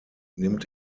nimmt